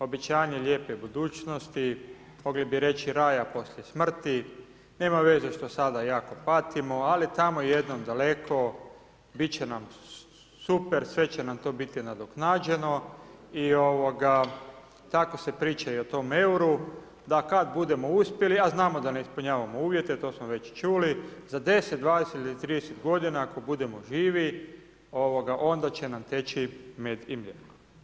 Obećanje lijepe budućnosti, mogli bi reći raja poslije smrti, nema veze što sada jako patimo, ali tamo jednom daleko biti će nam super, sve će nam to biti nadoknađeno i tako se priča i o tom euru, da kad budemo uspjeli, a znamo da ne ispunjavamo uvjete, to smo već čuli, za 10, 20 ili 30 godina, ako budemo živi, onda će nam teći med i mlijeko.